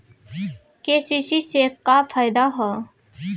KCC से का फायदा ह?